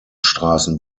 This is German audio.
straßen